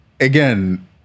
again